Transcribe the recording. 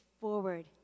forward